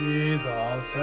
Jesus